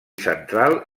central